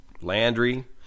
landry